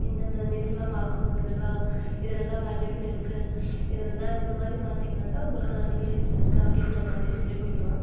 இந்தந்த நியூஸ்லாம் பார்க்கணும் இதெல்லாம் இதுலல்லாம் வேல்யபுல் இருக்கு இதுலெல்லாம் இந்தமாதிரி பார்த்திங்கன்னாக்கா உங்களுக்கு நல்ல பெனிஃபிட்ஸ் இருக்கு அப்படின்ற மாதிரி சொல்லிக்கொடுத்தோம்